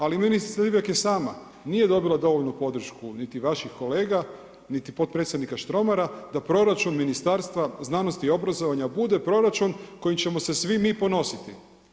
Ali ministrica Divjak je sama, nije dobila dovoljnu podršku niti vaših kolega, niti potpredsjednika Štromara da proračun Ministarstva, znanosti i obrazovanja bude proračun kojim ćemo se svi mi ponositi.